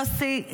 יוסי,